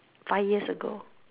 five years ago